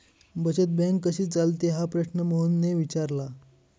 बचत बँक कशी चालते हा प्रश्न मोहनने विचारला?